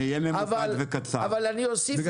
למה מסר